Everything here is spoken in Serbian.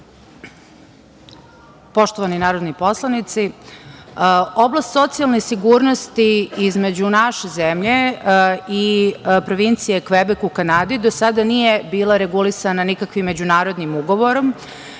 Poštovani narodni poslanici, oblast socijalne sigurnosti između naše zemlje i provincije Kvebek u Kanadi do sada nije bila regulisana nikakvim međunarodnim ugovorom.